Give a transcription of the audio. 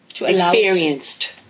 experienced